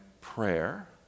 prayer